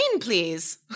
please